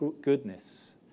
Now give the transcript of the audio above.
goodness